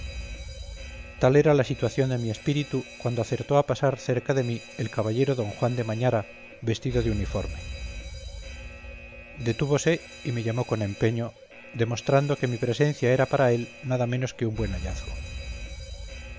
tal era la situación de mi espíritu cuando acertó a pasar cerca de mí el caballero d juan de mañara vestido de uniforme detúvose y me llamó con empeño demostrando que mi presencia era para él nada menos que un buen hallazgo